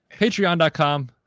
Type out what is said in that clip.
Patreon.com